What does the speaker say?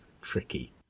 tricky